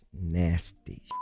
nasty